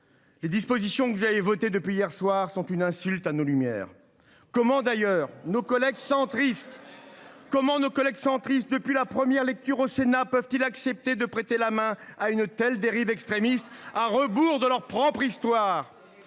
Les dispositions que vous avez votées depuis hier soir sont une insulte à nos Lumières. Rien que ça ! Comment, d’ailleurs, nos collègues centristes, depuis la première lecture au Sénat, peuvent ils accepter de prêter la main à une telle dérive extrémiste, à rebours de leur propre histoire ?